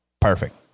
perfect